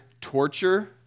Torture